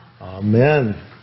Amen